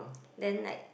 then like